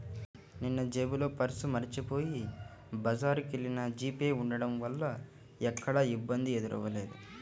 నిన్నజేబులో పర్సు మరచిపొయ్యి బజారుకెల్లినా జీపే ఉంటం వల్ల ఎక్కడా ఇబ్బంది ఎదురవ్వలేదు